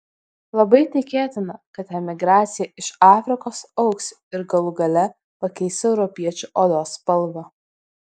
labai tikėtina kad emigracija iš afrikos augs ir galų gale pakeis europiečių odos spalvą